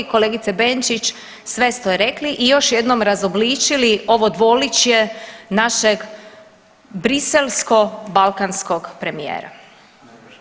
Kolegice Benčić sve ste rekli i još jednom razobličili ovo dvoličje našeg briselsko balkanskog premijera.